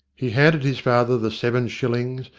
he handed his father the seven shilh'ngs,